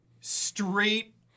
straight